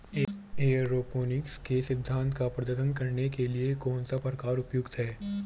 Aeroponics के सिद्धांत का प्रदर्शन करने के लिए कौन सा प्रकार उपयुक्त है?